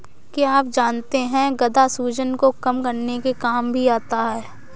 क्या आप जानते है गदा सूजन को कम करने के काम भी आता है?